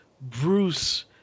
Bruce